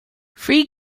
free